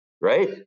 Right